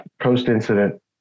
post-incident